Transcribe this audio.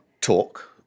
talk